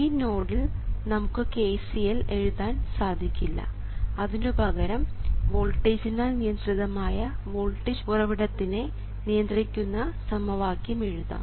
ഈ നോഡിൽ നമുക്ക് KCL എഴുതാൻ സാധിക്കില്ല അതിനുപകരം വോൾട്ടേജിനാൽ നിയന്ത്രിതമായ വോൾട്ടേജ് ഉറവിടത്തിനെ നിയന്ത്രിക്കുന്ന സമവാക്യം എഴുതാം